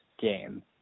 game